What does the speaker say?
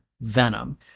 Venom